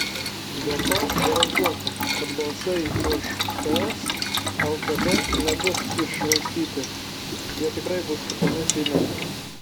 be to garantuota kad balsai už ts lkd nebus iššvaistyti jie tikrai bus kitame seime